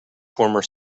former